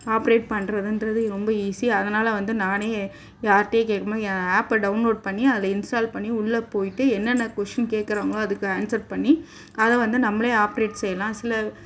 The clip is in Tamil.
ஆப்ரேட் பண்ணுறதுன்றது ரொம்ப ஈஸி அதனால் வந்து நானே யார்ட்டையும் கேட்காம ஆப்பை டவுன்லோட் பண்ணி அதை இன்ஸ்டால் பண்ணி உள்ளே போயிட்டு என்னென்ன கொஸ்ஸின் கேட்குறாங்களோ அதுக்கு ஆன்சர் பண்ணி அதை வந்து நம்மளே ஆப்ரேட் செய்யலாம் சில